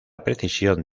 precisión